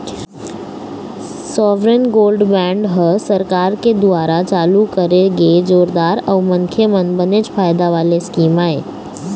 sovereign gold bond ह सरकार के दुवारा चालू करे गे जोरदार अउ मनखे मन बनेच फायदा वाले स्कीम आय